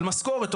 על משכורת,